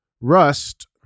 Rust